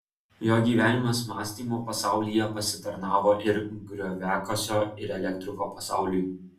jo gyvenimas mąstymo pasaulyje pasitarnavo ir grioviakasio ir elektriko pasauliui